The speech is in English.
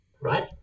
right